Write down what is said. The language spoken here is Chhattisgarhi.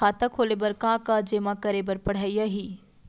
खाता खोले बर का का जेमा करे बर पढ़इया ही?